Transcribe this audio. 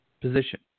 position